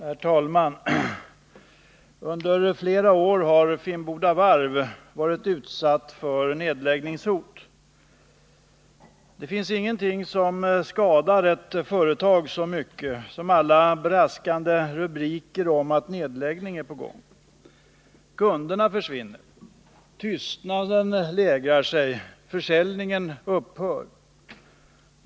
Herr talman! Under flera år har Finnboda Varf varit utsatt för nedläggningshot. Det finns inget som skadar ett företag så mycket som alla braskande rubriker om att nedläggning är på gång. Kunderna försvinner, tystnaden lägrar sig, försäljningen upphör.